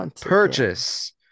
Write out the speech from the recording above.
purchase